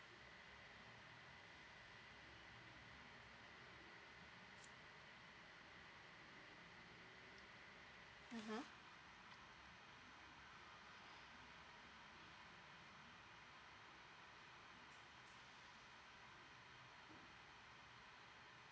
mmhmm